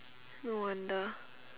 no wonder